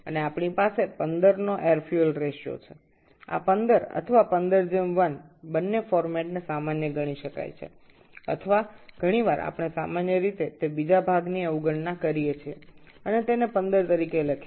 এবং আমাদের বায়ু ও জ্বালানির অনুপাত ১৫ এই ১৫ বা ১৫ ১ উভয় পদ্ধতিকে সাধারণ ভাবে বিবেচনা করা যেতে পারে বা প্রায়শই আমরা সাধারণত দ্বিতীয় অংশটিকে বাদদিই এবং এটিকে ১৫ হিসাবে লিখি